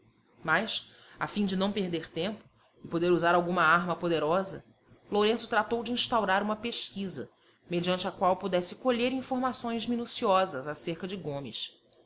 mas a fim de não perder tempo e poder usar alguma arma poderosa lourenço tratou de instaurar uma pesquisa mediante a qual pudesse colher informações minuciosas acerca de gomes